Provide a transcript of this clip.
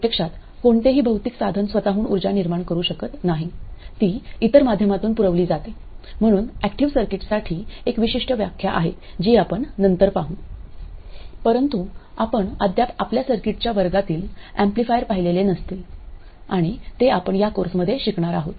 प्रत्यक्षात कोणतेही भौतिक साधन स्वतःहून ऊर्जा निर्माण करू शकत नाही ती इतर माध्यमातून पुरविली जाते म्हणून ऍक्टिव्ह सर्किट्ससाठी एक विशिष्ट व्याख्या आहे जी आपण नंतर पाहू परंतु आपण अद्याप आपल्या सर्किट्सच्या वर्गात एम्पलीफायर पाहिलेले नसतील आणि ते आपण या कोर्समध्ये शिकणार आहोत